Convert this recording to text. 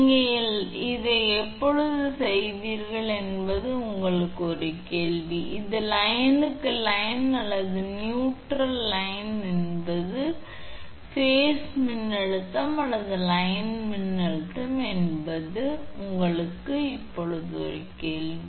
நீங்கள் இதை எப்போது செய்வீர்கள் என்பது உங்களுக்கு ஒரு கேள்வி இது லைனுக்கு லைன் அல்லது உங்கள் நியூட்ரல் லைன் என்பது பேஸ் மின்னழுத்தம் அல்லது லைன் மின்னழுத்தம் என்பது உங்களுக்கு இப்போது ஒரு கேள்வி